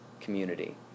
community